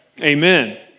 Amen